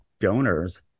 donors